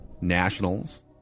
Nationals